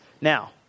Now